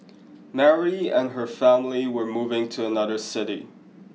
Mary and her family were moving to another city